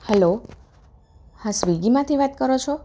હાલો હા સ્વીગીમાંથી વાત કરો છો